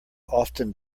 often